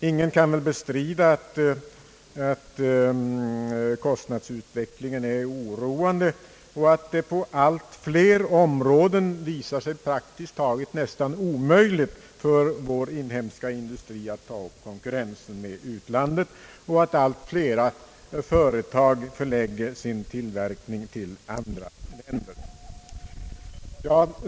Ingen kan väl bestrida att kostnadsutvecklingen är oroande och att det på allt fler områden visar sig praktiskt taget nästan omöjligt för vår inhemska industri att ta upp konkurrensen med utlandet, samt att allt flera företag förlägger sin tillverkning till andra länder.